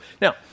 Now